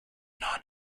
not